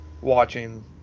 watching